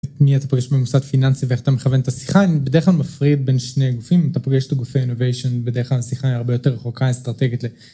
מי אתה פוגש במוסד פיננסי ואיך אתה מכוון את השיחה, בדרך כלל מפריד בין שני הגופים, אתה פוגש את הגופי אינוביישן, בדרך כלל השיחה היא הרבה יותר רחוקה, אסטרטגית.